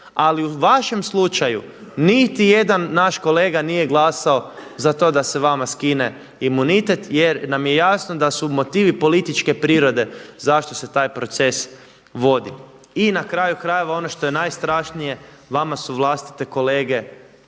Ali u vašem slučaju niti jedan naš kolega nije glasao za to da se vama skine imunitet jer nam je jasno da su motivi političke prirode zašto se taj proces vodi. I na kraju krajeva ono što je najstrašnije vama su vlastite kolege